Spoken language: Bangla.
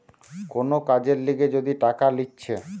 কোন কাজের লিগে যদি টাকা লিছে